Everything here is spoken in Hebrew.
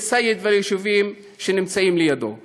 לאל סייד וליישובים שנמצאים לידו.